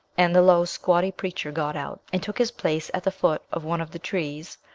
and the low squatty preacher got out and took his place at the foot of one of the trees,